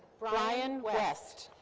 brian west.